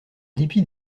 dépit